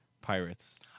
pirates